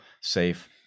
safe